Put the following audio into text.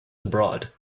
abroad